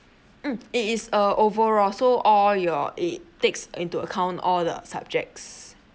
mm it is a overall so all your it takes into account all the subjects